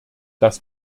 das